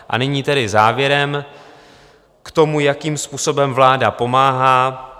A nyní tedy závěrem k tomu, jakým způsobem vláda pomáhá.